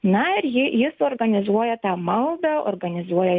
na ir jis organizuoja ta maldą organizuoja